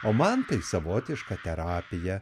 o man tai savotiška terapija